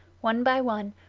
one by one,